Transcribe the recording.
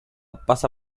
pasa